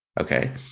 Okay